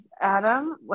adam